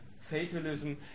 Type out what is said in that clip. fatalism